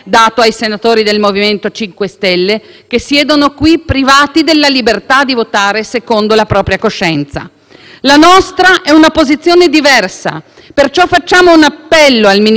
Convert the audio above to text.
La nostra è una posizione diversa, perciò facciamo un appello al ministro Salvini affinché si sottoponga, come ogni cittadino che si rispetti, al giudizio della magistratura ordinaria.